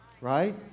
Right